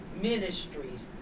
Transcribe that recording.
ministries